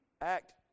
act